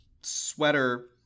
sweater